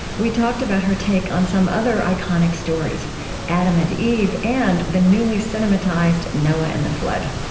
we talked about her take on some other iconic stories adam and eve, and the newly cinematized, noah and the flood.